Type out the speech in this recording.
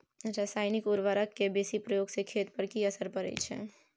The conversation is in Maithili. रसायनिक उर्वरक के बेसी प्रयोग से खेत पर की असर परै छै?